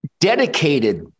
dedicated